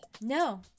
No